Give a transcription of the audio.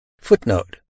Footnote